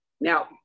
Now